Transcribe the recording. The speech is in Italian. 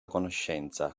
conoscenza